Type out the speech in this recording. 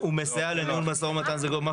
לא, זה לא